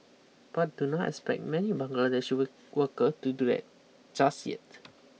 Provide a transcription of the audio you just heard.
but do not expect many Bangladeshi worker to do that just yet